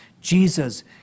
Jesus